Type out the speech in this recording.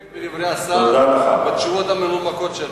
נסתפק בדברי השר ובתשובות המנומקות שלו.